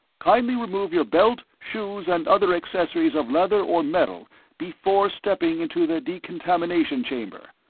kindly remove your belt, shoes and other accessories of leather or metal before stepping into the decontamination chamber.